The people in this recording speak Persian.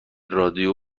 رادیو